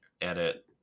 edit